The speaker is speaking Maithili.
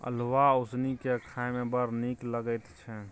अल्हुआ उसनि कए खाए मे बड़ नीक लगैत छै